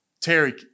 Terry